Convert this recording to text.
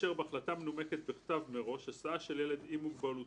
לאשר בהחלטה מנומקת בכתב מראש הסעה של ילד עם מוגבלות